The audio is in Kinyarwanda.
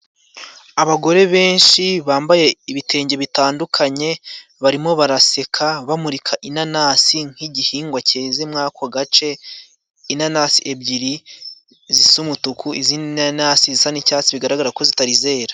Abagore benshi bambaye ibitenge bitandukanye barimo baraseka, bamurika inanasi nk'igihingwa cyeze muri ako gace, inanasi ebyiri zisa umutuku, izindi nanasi zisa n'icyatsi bigaragara ko zitari zera.